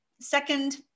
second